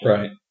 Right